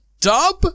dub